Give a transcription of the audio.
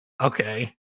Okay